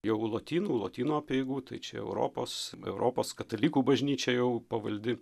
jau lotynų lotynų apeigų tai čia europos europos katalikų bažnyčia jau pavaldi